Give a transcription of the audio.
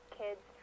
kids